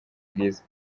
bwiza